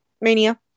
Mania